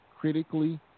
critically